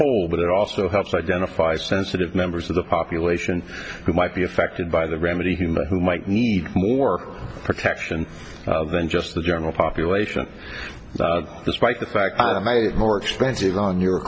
whole but it also helps identify sensitive members of the population who might be affected by the remedy human who might need more protection than just the general population despite the fact that more expensive on your